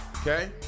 okay